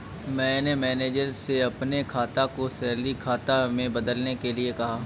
मैंने मैनेजर से अपने खाता को सैलरी खाता में बदलने के लिए कहा